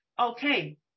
okay